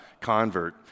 convert